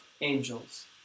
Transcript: angels